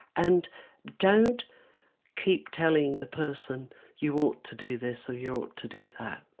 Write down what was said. and don't keep telling the person you ought to do this or you ought to do that.